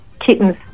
kittens